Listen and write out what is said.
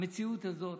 המציאות הזאת